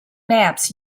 maps